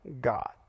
God